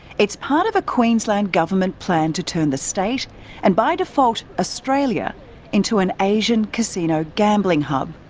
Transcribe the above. it's part of a queensland government plan to turn the state and by default australia into an asian casino gambling hub.